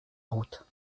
route